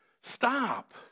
stop